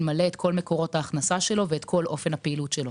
מלא את כל מקורות ההכנסה שלו ואת כל אופן הפעילות שלו.